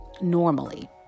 normally